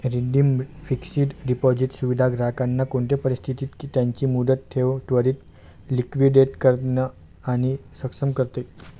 redeemed fixed deposit सुविधा ग्राहकांना कोणते परिस्थितीत त्यांची मुदत ठेव त्वरीत लिक्विडेट करणे सक्षम करते